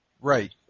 Right